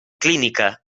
clínica